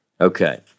Okay